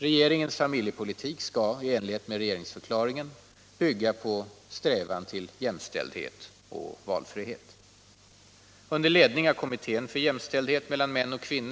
Om kvinnofrigörelsen sen bygga på strävan till jämställdhet och valfrihet.